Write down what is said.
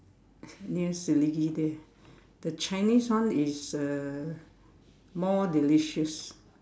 near Selegie there the Chinese one is uh more delicious